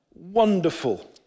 Wonderful